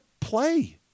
play